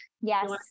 yes